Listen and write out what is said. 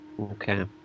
Okay